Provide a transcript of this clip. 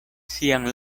sian